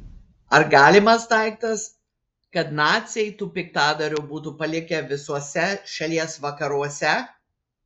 ar galimas daiktas kad naciai tų piktadarių būtų palikę visuose šalies vakaruose